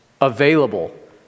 available